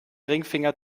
ringfinger